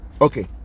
Okay